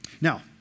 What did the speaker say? Now